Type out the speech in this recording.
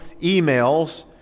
emails